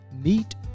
Meet